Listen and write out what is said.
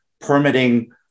permitting